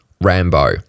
Rambo